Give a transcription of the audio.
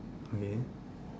okay